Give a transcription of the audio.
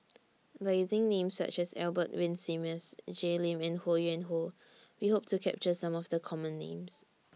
By using Names such as Albert Winsemius Jay Lim and Ho Yuen Hoe We Hope to capture Some of The Common Names